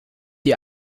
ihr